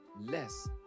less